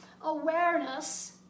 awareness